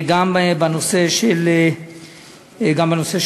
גם בנושא של הדיור,